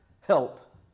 help